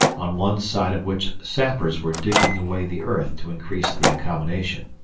on one side of which sappers were digging away the earth to increase the accommodation.